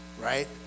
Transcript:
Right